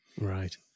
Right